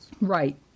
Right